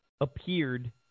appeared